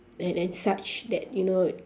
and and such that you know